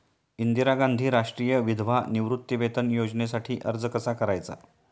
इंदिरा गांधी राष्ट्रीय विधवा निवृत्तीवेतन योजनेसाठी अर्ज कसा करायचा?